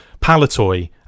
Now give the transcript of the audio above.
Palatoy